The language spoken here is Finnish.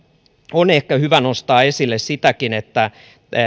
on ehkä hyvä nostaa esille sitäkin että